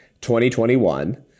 2021